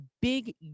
big